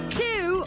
two